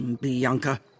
Bianca